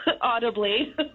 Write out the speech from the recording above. audibly